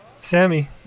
Sammy